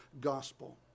gospel